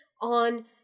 on